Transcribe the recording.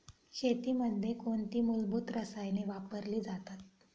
शेतीमध्ये कोणती मूलभूत रसायने वापरली जातात?